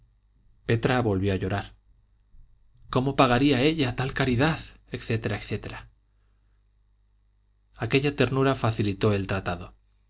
petra volvió a llorar cómo pagaría ella tal caridad etc etc aquella ternura facilitó el tratado